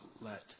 let